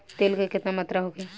तेल के केतना मात्रा होखे?